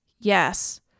Yes